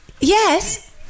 Yes